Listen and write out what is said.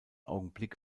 augenblick